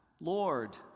Lord